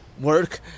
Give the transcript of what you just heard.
work